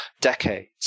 decades